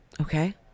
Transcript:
Okay